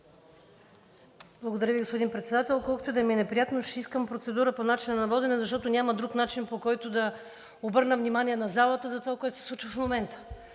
Благодаря Ви, господин Председател. Колкото и да ми е неприятно, ще искам процедура по начина на водене, защото няма друг начин, по който да обърна внимание на залата за това, което се случва в момента.